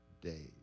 days